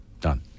done